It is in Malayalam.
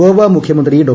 ഗോവ മുഖ്യമന്ത്രി ഡോ